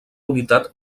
unitat